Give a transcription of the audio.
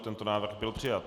Tento návrh byl přijat.